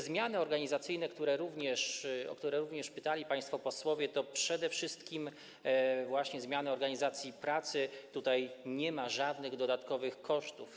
Zmiany organizacyjne, o które również pytali państwo posłowie, to przede wszystkim właśnie zmiany organizacji pracy, tutaj nie ma żadnych dodatkowych kosztów.